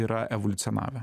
yra evoliucionavę